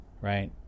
right